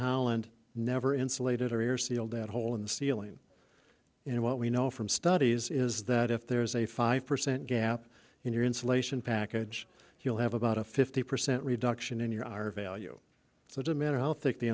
holland never insulated or are sealed that hole in the ceiling and what we know from studies is that if there is a five percent gap in your insulation package you'll have about a fifty percent reduction in your r value so do matter how thick the